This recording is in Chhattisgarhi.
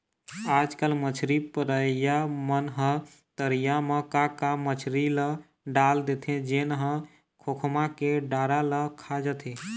आजकल मछरी पलइया मन ह तरिया म का का मछरी ल डाल देथे जेन ह खोखमा के डारा ल खा जाथे